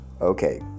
Okay